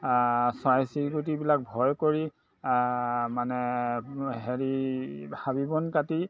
চৰাই চিৰিকটিবিলাক ভয় কৰি মানে হেৰি হাবিবন কাটি